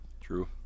True